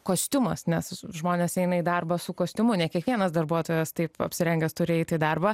kostiumas nes žmonės eina į darbą su kostiumu ne kiekvienas darbuotojas taip apsirengęs turi eiti į darbą